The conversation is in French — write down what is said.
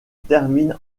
termine